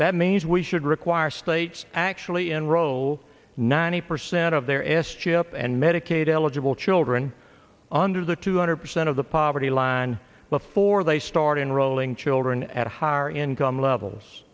that means we should require states actually enroll ninety percent of their s chip and medicaid eligible children under their two hundred percent of the poverty line before they start enrolling children at higher income levels